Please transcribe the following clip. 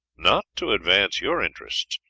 not to advance your interests,